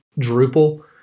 Drupal